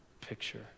picture